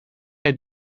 hij